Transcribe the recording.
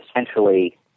essentially –